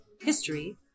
history